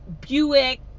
Buick